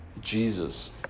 Jesus